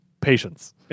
Patience